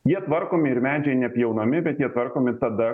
jie tvarkomi ir medžiai nepjaunami bet jie tvarkomi tada